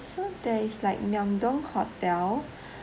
so there is like myeongdong hotel